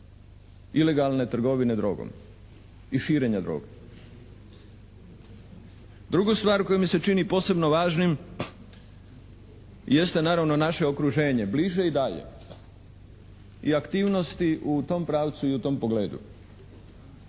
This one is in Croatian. ilegalne trgovine drogom i širenja droge. Drugu stvar koja mi se čini posebno važnim jeste naravno naše okruženje, bliže i dalje. I aktivnosti u tom pravcu i u tom pogledu.